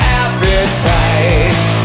appetite